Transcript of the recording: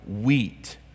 wheat